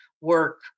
work